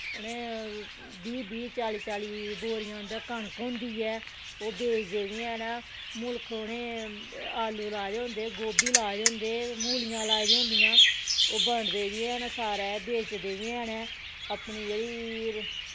उ'नें बीह् बीह् चाली चाली बोरियां उं'दे कनक होंदी ऐ ओह् बेचदे बी हैन मुल्ख उ'नें आलू लाए दे होंदे गोभी लाए दे होंदे मूलियां लाई दियां होंदियां ओह् बंडदे बी हैन सारे बेचदे बी हैन अपनी जेह्ड़ी